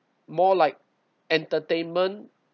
more like entertainment